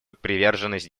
приверженность